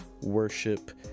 worship